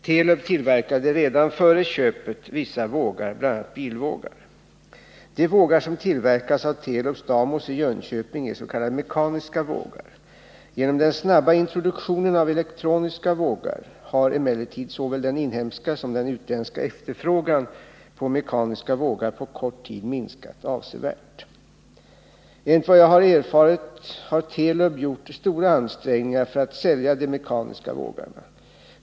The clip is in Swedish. Telub tillverkade redan före köpet vissa vågar, bl.a. bilvågar. De vågar som tillverkas av Telub-Stathmos i Jönköping är s.k. mekaniska vågar. Genom den snabba introduktionen av elektroniska vågar har emellertid såväl den inhemska som den utländska efterfrågan på mekaniska vågar på kort tid minskat avsevärt. Enligt vad jag har erfarit har Telub gjort stora ansträngningar för att sälja de mekaniska vågarna.